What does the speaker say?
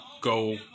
go